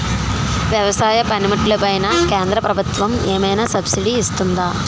వ్యవసాయ పనిముట్లు పైన కేంద్రప్రభుత్వం ఏమైనా సబ్సిడీ ఇస్తుందా?